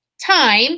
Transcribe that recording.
time